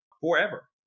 forever